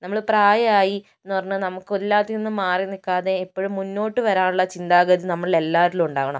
നമ്മള് പ്രായമായി എന്ന് പറഞ്ഞു നമുക്ക് എല്ലാത്തിൽ നിന്നും മാറിനിൽകാതെ ഇപ്പോഴും മുന്നോട്ട് വരാനുള്ള ചിന്താഗതി നമ്മളിൽ എല്ലാവരിലും ഉണ്ടാകണം